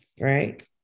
right